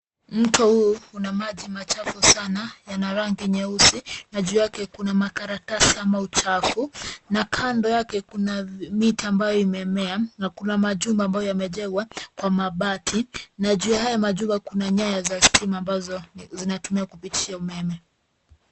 Mto huu una maji machafu sana . Yana rangi nyeusi na juu yake kuna makaratasi ama uchafu na kando yake kuna miti ambayo imemea na kuna majumba ambayo yamejengwa kwa mabati na juu ya haya majumba kuna nyaya za stima ambazo zinatumika kupitisha umeme.